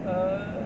err